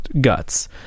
guts